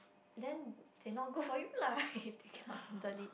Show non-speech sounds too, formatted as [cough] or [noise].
then they not good for you lah [laughs] if they cannot handle it